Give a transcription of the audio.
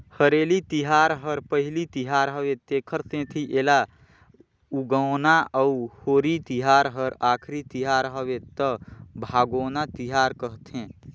हरेली तिहार हर पहिली तिहार हवे तेखर सेंथी एला उगोना अउ होरी तिहार हर आखरी तिहर हवे त भागोना तिहार कहथें